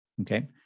Okay